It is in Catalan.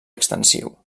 extensiu